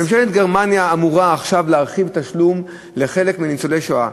ממשלת גרמניה אמורה להרחיב את התשלום לחלק מניצולי שואה.